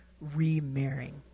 remarrying